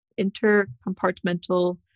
intercompartmental